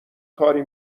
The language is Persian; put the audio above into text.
کاری